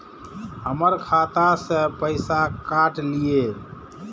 हमर खाता से पैसा काट लिए?